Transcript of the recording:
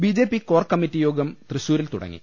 B J P core കമ്മിറ്റിയോഗം തൃശൂരിൽ തുടങ്ങി